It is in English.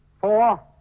four